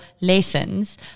lessons